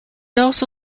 also